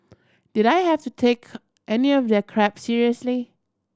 did I have to take any of their crap seriously